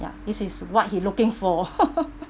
ya this is what he looking for